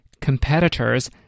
competitors